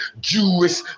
Jewish